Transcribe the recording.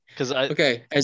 Okay